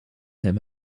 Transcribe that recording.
him